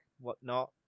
whatnot